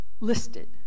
listed